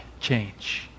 change